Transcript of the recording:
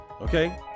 okay